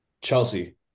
Chelsea